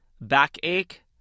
backache